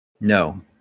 No